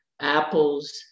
apples